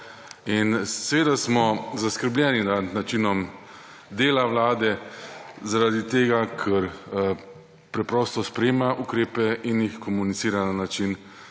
In seveda smo zaskrbljeni nad načinom dela vlade zaradi tega, ker preprosto sprejema ukrepe in jih komunicira na način,